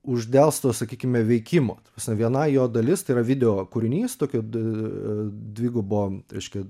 uždelsto sakykime veikimo ta prasme viena jo dalis tai yra videokūrinys tokio d dvigubo reiškia